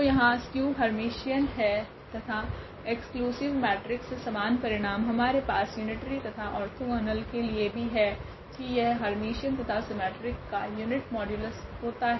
तो यहाँ skew Hermitian है तथा एक्सक्लूसिव मेट्रिक्स समान परिणाम हमारे पास यूनिटरी तथा ओर्थोगोनल के लिए भी है की यह हेर्मिटीयन तथा सीमेट्रिक का यूनिट मॉड्यूलस होता है